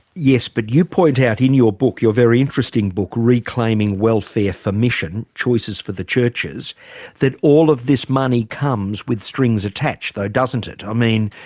yes but you point out in your book, your very interesting book, reclaiming welfare for mission choices for churches that all of this money comes with strings attached though doesn't it? i mean,